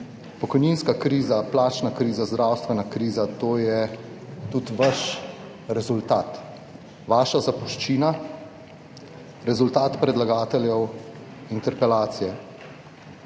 pokojninska kriza, plačna kriza, zdravstvena kriza, to je tudi vaš rezultat, vaša zapuščina, rezultat predlagateljev interpelacije.